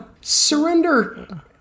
Surrender